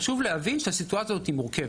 אבל חשוב להבין שהסיטואציה הזאת מורכבת.